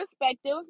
perspective